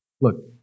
look